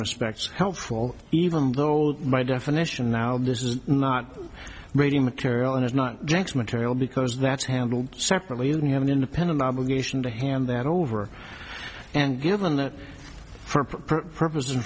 respects helpful even though my definition now this is not brady material and it's not material because that's handled separately and you have an independent obligation to hand that over and given that for